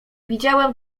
widziałem